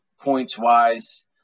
points-wise